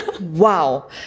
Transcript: Wow